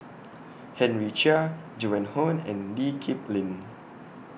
Henry Chia Joan Hon and Lee Kip Lin